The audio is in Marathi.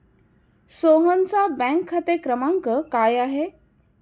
सोहनचा बँक खाते क्रमांक काय आहे?